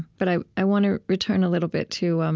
but i i want to return a little bit to um